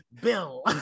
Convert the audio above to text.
bill